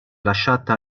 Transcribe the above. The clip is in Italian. lasciata